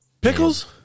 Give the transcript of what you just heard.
Pickles